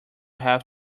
have